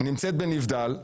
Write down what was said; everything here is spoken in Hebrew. נמצאת בנבדל,